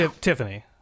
Tiffany